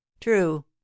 True